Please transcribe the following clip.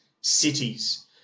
cities